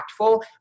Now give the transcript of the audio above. impactful